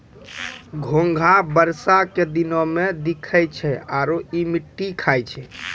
घोंघा बरसा के दिनोॅ में दिखै छै आरो इ मिट्टी खाय छै